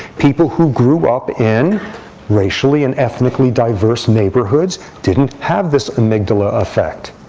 people who grew up in racially and ethnically diverse neighborhoods didn't have this amygdala effect.